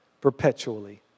perpetually